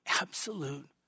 absolute